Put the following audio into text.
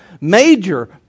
Major